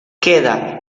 queda